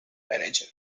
manager